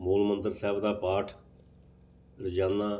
ਮੂਲ ਮੰਤਰ ਸਾਹਿਬ ਦਾ ਪਾਠ ਰੋਜ਼ਾਨਾ